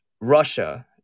Russia